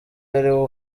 ariwo